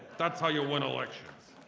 that's how you win elections.